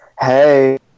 Hey